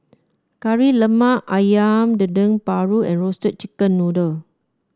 Kari Lemak ayam Dendeng Paru and Roasted Chicken Noodle